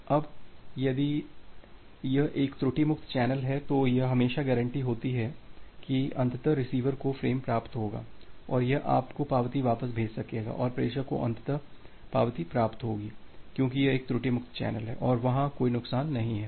अब यदि यह एक त्रुटि मुक्त चैनल है तो यह हमेशा गारंटी होती है कि अंततः रिसीवर को फ्रेम प्राप्त होगा और यह आपको पावती वापस भेज सकेगा और प्रेषक को अंततः पावती प्राप्त होगी क्योंकि यह एक त्रुटि मुक्त चैनल है और वहां कोई नुकसान नहीं है